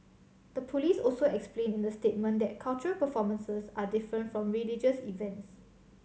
the police also explained in the statement that cultural performances are different from religious events